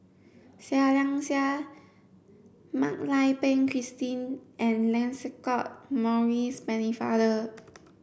Seah Liang Seah Mak Lai Peng Christine and Lancelot Maurice Pennefather